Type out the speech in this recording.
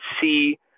see